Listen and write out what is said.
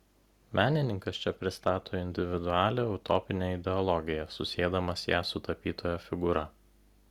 menininkas čia pristato individualią utopinę ideologiją susiedamas ją su tapytojo figūra